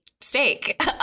steak